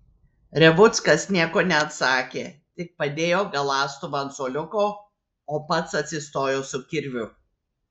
revuckas nieko neatsakė tik padėjo galąstuvą ant suoliuko o pats atsistojo su kirviu